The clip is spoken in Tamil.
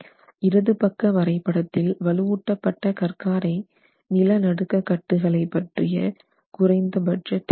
இடது பக்க வரை படத்தில் வலுவூட்ட பட்ட கற்காரை நில நடுக்க கட்டுகளை பற்றிய குறைந்தபட்ச தேவைகள்